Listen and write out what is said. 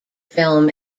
film